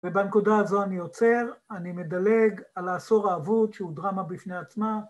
ובנקודה הזו אני עוצר, אני מדלג על העשור האבוד שהוא דרמה בפני עצמה.